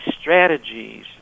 strategies